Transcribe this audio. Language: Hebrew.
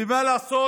ומה לעשות?